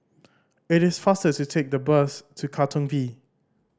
it is faster to take the bus to Katong V